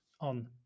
on